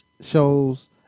shows